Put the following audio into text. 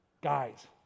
guys